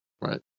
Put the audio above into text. Right